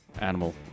animal